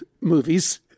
movies